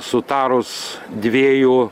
sutarus dviejų